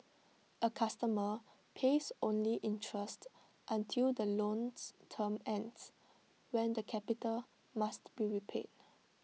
A customer pays only interest until the loan's term ends when the capital must be repaid